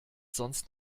sonst